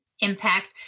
impact